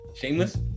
Shameless